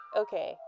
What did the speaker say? okay